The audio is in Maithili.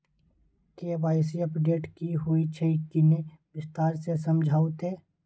के.वाई.सी अपडेट की होय छै किन्ने विस्तार से समझाऊ ते?